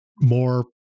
more